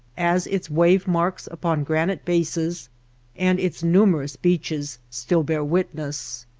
as its wave-marks upon granite bases and its numer ous beaches still bear witness.